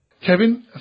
Kevin